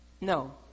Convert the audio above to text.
No